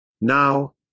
Now